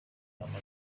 umaze